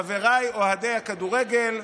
חבריי אוהדי הכדורגל,